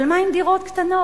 אבל מה עם דירות קטנות?